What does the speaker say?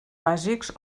bàsics